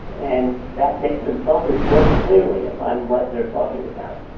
and that makes them focus more clearly upon what they're talking about.